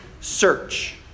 search